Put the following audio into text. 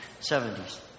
70s